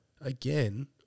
again